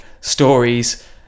Stories